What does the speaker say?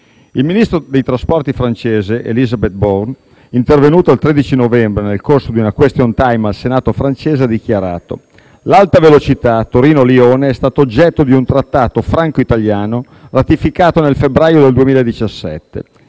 il Ministro dei trasporti francese, Elisabeth Borne, intervenuta il 13 novembre nel corso di un *question time* al Senato francese, ha dichiarato: "l'Alta velocità Torino-Lione è stata oggetto di un trattato franco-italiano ratificato nel febbraio del 2017.